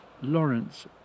Lawrence